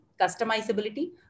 customizability